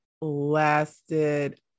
lasted